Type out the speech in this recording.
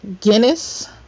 Guinness